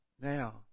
now